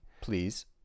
please